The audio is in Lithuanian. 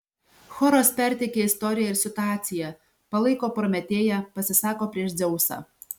choras perteikia istoriją ir situaciją palaiko prometėją pasisako prieš dzeusą